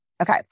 Okay